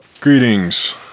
Greetings